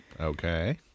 Okay